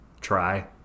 try